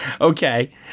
Okay